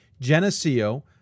Geneseo